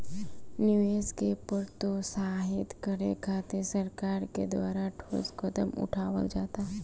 निवेश के प्रोत्साहित करे खातिर सरकार के द्वारा ठोस कदम उठावल जाता